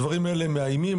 הדברים האלה מאיימים,